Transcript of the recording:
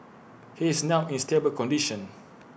he is now in stable condition